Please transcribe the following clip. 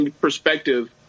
perspective